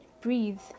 breathe